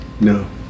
No